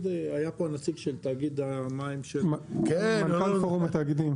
היה פה הנציג של תאגיד המים של --- מנכ"ל פורום התאגידים.